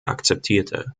akzeptierte